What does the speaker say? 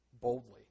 boldly